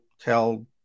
Tell